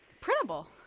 Printable